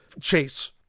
chase